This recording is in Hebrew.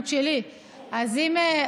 המחלה.